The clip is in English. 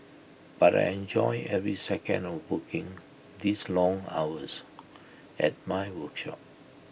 but I enjoy every second of hooking these long hours at my workshop